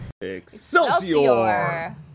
Excelsior